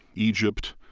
egypt,